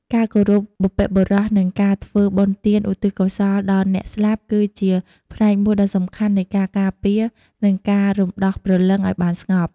ការគោរពបុព្វបុរស និងការធ្វើបុណ្យទានឧទ្ទិសកុសលដល់អ្នកស្លាប់ គឺជាផ្នែកមួយដ៏សំខាន់នៃការការពារ និងការរំដោះព្រលឹងឱ្យបានស្ងប់។